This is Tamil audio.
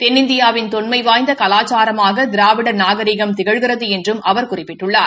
தென்னிந்தியாவின் தொன்மை வாய்ந்த கலாச்சாரமாக திராவிட நாகிகம் திகழ்கிறது என்றும் அவர் குறிப்பிட்டுள்ளார்